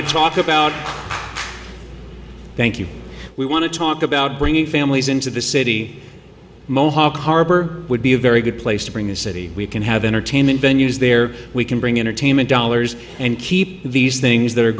to talk about thank you we want to talk about bringing families into the city mohawk harbor would be a very good place to bring the city we can have entertainment venues there we can bring entertainment dollars and keep these things that are